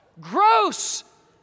Gross